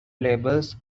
labels